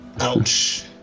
Ouch